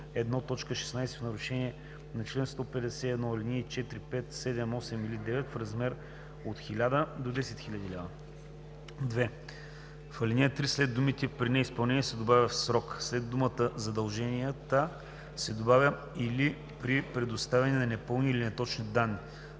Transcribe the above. т. 16 в нарушение на чл. 151, ал. 4, 5, 7, 8 или 9 – в размер от 1000 до 10 000 лв.“ 2. В ал. 3 след думите „При неизпълнение“ се добавя „в срок“, след думата „задълженията“ се добавя „или при предоставяне на непълни или неточни данни“,